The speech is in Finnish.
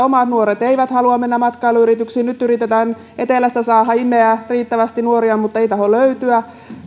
mutta omat nuoret eivät halua mennä matkailuyrityksiin niin nyt yritetään etelästä saada imeä riittävästi nuoria mutta ei tahdo löytyä